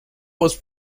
was